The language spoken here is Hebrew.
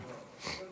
ההצעה